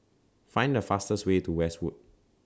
Find The fastest Way to Westwood